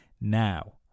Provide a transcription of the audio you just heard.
now